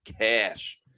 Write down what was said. cash